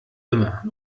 immer